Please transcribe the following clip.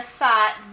thought